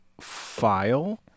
file